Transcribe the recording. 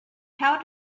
how